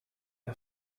are